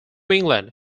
england